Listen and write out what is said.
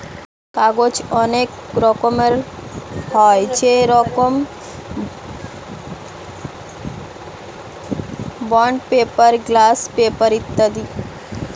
কাগজ অনেক রকমের হয়, যেরকম বন্ড পেপার, গ্লাস পেপার ইত্যাদি